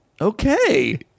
Okay